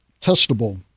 testable